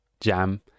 jam